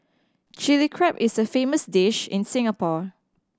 Chilli Crab is a famous dish in Singapore